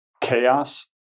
chaos